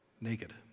naked